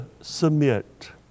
submit